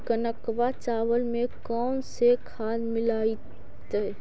कनकवा चावल में कौन से खाद दिलाइतै?